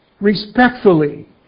respectfully